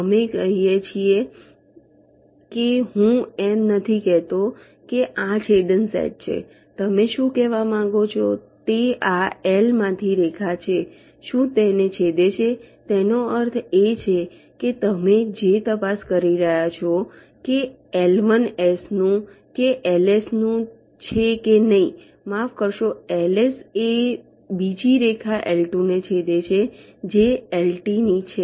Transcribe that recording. અમે કહીએ છીએ કે હું એમ નથી કહેતો કે આ છેદન સેટ છે તમે શું કહેવા માગો છો તે આ L માંથી રેખા છે શું તેને છેદે છે તેનો અર્થ એ છે કે તમે જે તપાસ કરી રહ્યા છો કે L1 S નું કે LSનું છે કે નહીં માફ કરશો LS એ બીજી રેખા L2 ને છેદે છે જે LTની છે